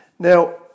Now